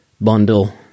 bundle